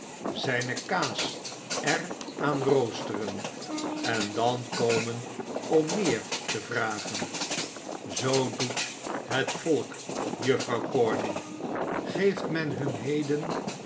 zijne kaas er aan roosteren en dan komen om meer te vragen zoo doet het volk juffrouw corney geeft men hun heden